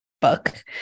book